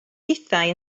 hithau